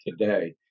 today